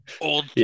old